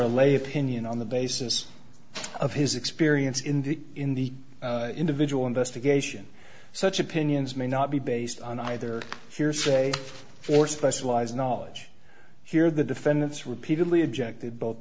a late pinion on the basis of his experience in the in the individual investigation such opinions may not be based on either fear say or specialized knowledge here the defendants repeatedly objected both